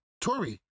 Tori